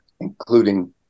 including